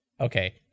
okay